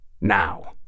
Now